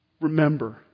Remember